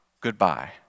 goodbye